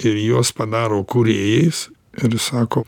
ir juos padaro kūrėjais ir sako